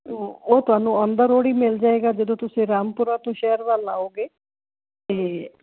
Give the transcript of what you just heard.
ਉਹ ਤੁਹਾਨੂੰ on the road ਹੀ ਮਿਲ ਜਾਏਗਾ ਜਦੋਂ ਤੁਸੀਂ ਰਾਮਪੁਰਾ ਤੋਂ ਸ਼ਹਿਰ ਵੱਲ ਆਓਗੇ ਤੇ